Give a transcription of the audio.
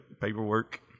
Paperwork